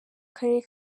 karere